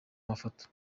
mafoto